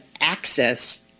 access